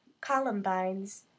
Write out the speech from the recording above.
columbines